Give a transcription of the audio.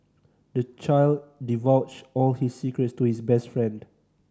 the child divulged all his secrets to his best friend